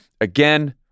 again-